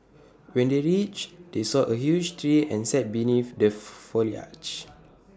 when they reached they saw A huge tree and sat beneath the foliage